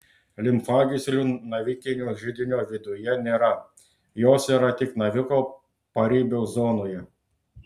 limfagyslių navikinio židinio viduje nėra jos yra tik naviko paribio zonoje